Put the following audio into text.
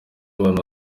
abantu